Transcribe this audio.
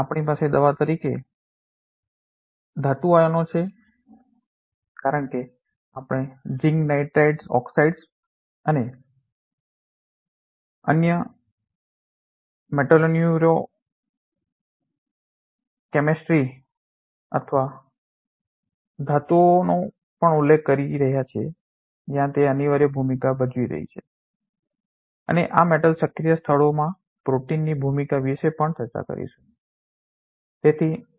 આપણી પાસે દવા તરીકે ધાતુના આયનો છે કારણ કે આપણે ઝીંક નાઇટ્રિક ઓક્સાઇડ અને અન્યમાં મેટાલોન્યુરોકેમિસ્ટ્રી અથવા ધાતુઓનો પણ ઉલ્લેખ કરી રહ્યા છીએ જ્યાં તે નિર્ણાયક ભૂમિકા ભજવી રહી છે અમે આ મેટલ સક્રિય સ્થળોમાં પ્રોટીનની ભૂમિકા વિશે પણ ચર્ચા કરીશું